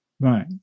Right